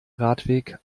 radweg